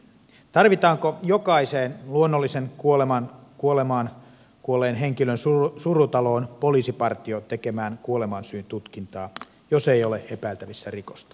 tarvitaanko jokaisen luonnolliseen kuolemaan kuolleen henkilön surutaloon poliisipartio tekemään kuolemansyyn tutkintaa jos ei ole epäiltävissä rikosta